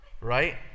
Right